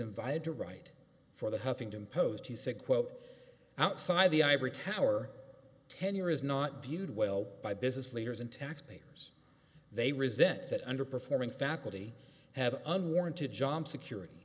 invited to write for the huffington post he said quote outside the ivory tower tenure is not viewed well by business leaders and taxpayers they resent that underperforming faculty have unwarranted job security